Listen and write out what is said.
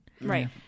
Right